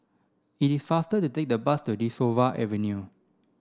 it is faster to take the bus to De Souza Avenue